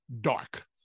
Dark